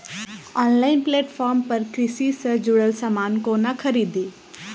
Online platform पर कृषि सँ जुड़ल समान कोना खरीदी?